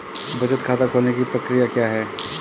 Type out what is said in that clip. बचत खाता खोलने की प्रक्रिया क्या है?